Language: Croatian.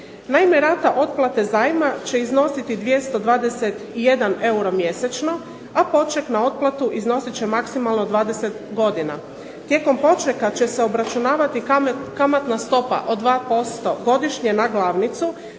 Naime rata otplate zajma će iznositi 221 euro mjesečno, a poček na otplatu iznosit će maksimalno 20 godina. Tijekom počeka će se obračunavati kamatna stopa od 2% godišnje na glavnicu,